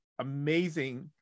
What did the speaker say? amazing